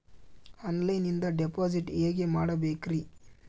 ಆನ್ಲೈನಿಂದ ಡಿಪಾಸಿಟ್ ಹೇಗೆ ಮಾಡಬೇಕ್ರಿ?